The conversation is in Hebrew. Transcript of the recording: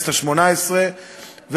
וחבר הכנסת כבל החליף אותי בכנסת השמונה-עשרה,